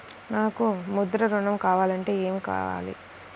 నాకు ముద్ర ఋణం కావాలంటే ఏమి కావాలి?